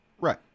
Right